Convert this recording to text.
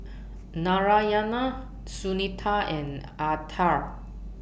Narayana Sunita and Atal